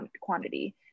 Quantity